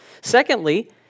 Secondly